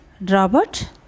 Robert